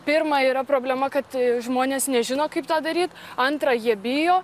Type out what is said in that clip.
pirma yra problema kad žmonės nežino kaip tą daryt antra jie bijo